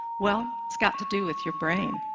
well, it's got to do with your brain.